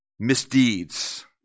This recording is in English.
Misdeeds